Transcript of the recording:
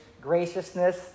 graciousness